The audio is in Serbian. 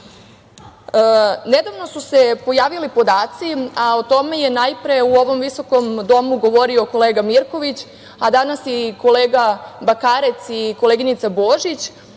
praksa. Nedavno su se pojavili podaci, a o tome je najpre u ovom visokom domu govorio kolega Mirković, a danas i kolega Bakarec i koleginica Božić